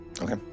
Okay